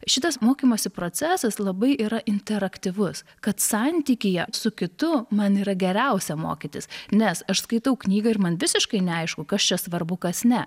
šitas mokymosi procesas labai yra interaktyvus kad santykyje su kitu man yra geriausia mokytis nes aš skaitau knygą ir man visiškai neaišku kas čia svarbu kas ne